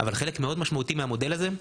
אבל חלק מאוד משמעותי מהמודל הזה,